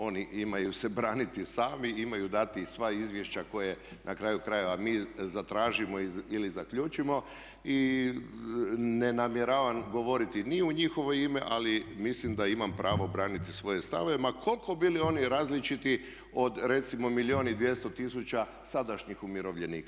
Oni imaju se braniti sami, imaju dati sva izvješća koje na kraju krajeva mi zatražimo ili zaključimo i ne namjeravam govoriti ni u njihovo ime ali mislim da imam pravo braniti svoje stavove ma koliko bili oni različiti od recimo milijun i 200 tisuća sadašnjih umirovljenika.